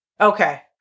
Okay